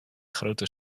grote